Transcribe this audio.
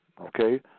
Okay